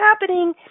happening